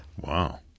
Wow